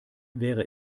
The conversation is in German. wäre